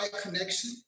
connection